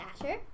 Asher